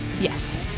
Yes